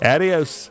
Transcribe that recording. Adios